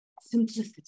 Simplicity